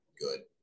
good